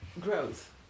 growth